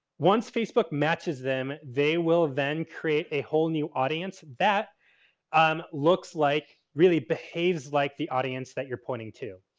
once facebook matches them, they will then create a whole new audience that um looks like, really behaves like the audience that you're pointing to.